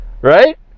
Right